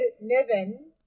Niven